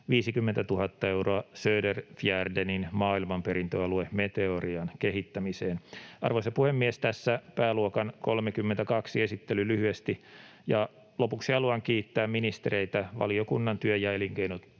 50 000 euroa Söderfjärdenin maailmanperintöalue Meteorian kehittämiseen. Arvoisa puhemies! Tässä pääluokan 32 esittely lyhyesti. Lopuksi haluan kiittää ministereitä valiokunnan työ- ja elinkeinojaoston